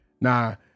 Now